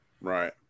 Right